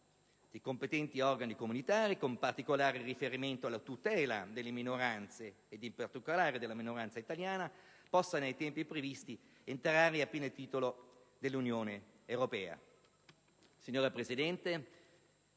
competenti organi comunitari, con particolare riferimento alla tutela delle minoranze ed in particolare della minoranza italiana, possa celermente entrare a pieno titolo nell'Unione europea. Signora Presidente,